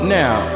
now